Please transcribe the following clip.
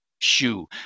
shoe